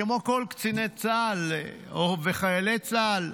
כמו כל קציני צה"ל וחיילי צה"ל.